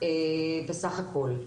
בסך הכל.